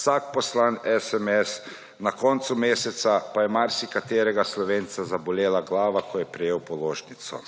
vsak poslani SMS, na koncu meseca pa je marsikaterega Slovenca zabolela glava, ko je prejel položnico.